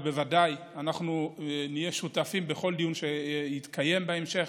ובוודאי אנחנו נהיה שותפים בכל דיון שיתקיים בהמשך.